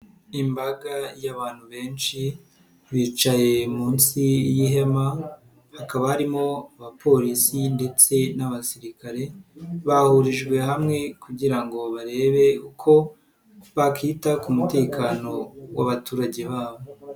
Imbaga y'abantu benshi bicaye munsi y'ihema hakaba harimo abapolisi ndetse n'abasirikare, bahurijwe hamwe kugira ngo barebe uko bakita ku mutekano w'abaturage babo.